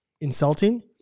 insulting